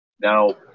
Now